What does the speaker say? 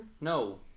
No